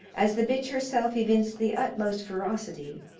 as the bitch herself evinced the utmost ferocity,